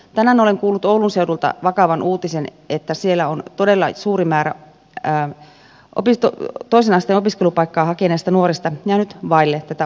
tänään olen kuullut oulun seudulta vakavan uutisen että siellä on todella suuri määrä toisen asteen opiskelupaikkaa hakeneista nuorista jäänyt vaille tätä opiskelupaikkaa